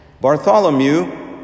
Bartholomew